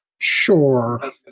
Sure